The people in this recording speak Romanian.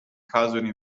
cazuri